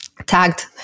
tagged